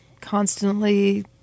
constantly